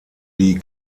die